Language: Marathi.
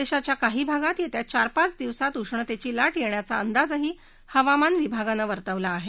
देशाच्या काही भागात येत्या चारपाच दिवसात उष्णतेची लाा येण्याचा अंदाजही हवामान विभागानं वर्तवला आहे